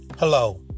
Hello